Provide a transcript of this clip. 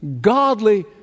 godly